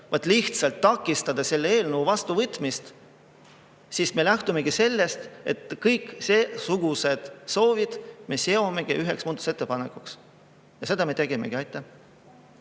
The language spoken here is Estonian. lihtsalt takistada selle eelnõu vastuvõtmist, siis me lähtumegi sellest, et kõik seesugused soovid me seome üheks muudatusettepanekuks. Ja seda me tegimegi.